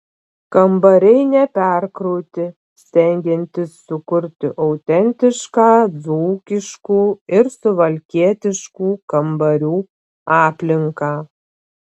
kambariai neperkrauti stengiantis sukurti autentišką dzūkiškų ir suvalkietiškų kambarių aplinką